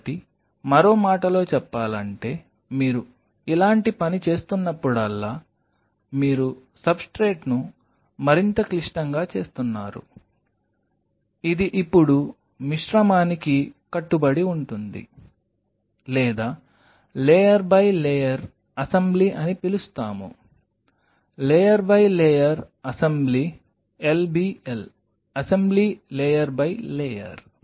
కాబట్టి మరో మాటలో చెప్పాలంటే మీరు ఇలాంటి పని చేస్తున్నప్పుడల్లా మీరు సబ్స్ట్రేట్ను మరింత క్లిష్టంగా చేస్తున్నారు ఇది ఇప్పుడు మిశ్రమానికి కట్టుబడి ఉంటుంది లేదా లేయర్ బై లేయర్ అసెంబ్లీ అని పిలుస్తాము layer by layer assembly lbl assembly layer by layer